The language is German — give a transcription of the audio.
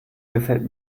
gefällt